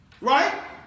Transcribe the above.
Right